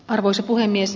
arvoisa puhemies